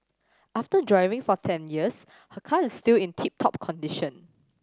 after driving for ten years her car is still in tip top condition